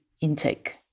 intake